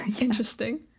Interesting